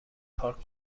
پارک